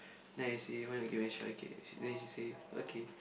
then I say why not give a try okay then she say okay